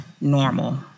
normal